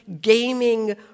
gaming